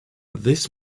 this